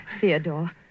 Theodore